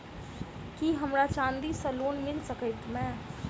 की हमरा चांदी सअ लोन मिल सकैत मे?